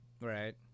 Right